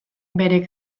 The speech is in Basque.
bere